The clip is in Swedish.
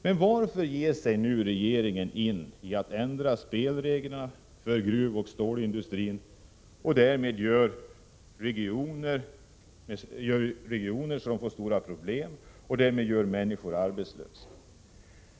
Men varför ger sig regeringen nu in på att ändra spelreglerna för gruvoch stålindustrin, varigenom man ställer till stora problem för olika regioner och gör människor arbetslösa?